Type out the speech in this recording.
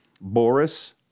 Boris